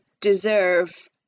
deserve